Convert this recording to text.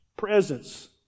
Presence